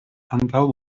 antaŭ